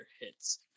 hits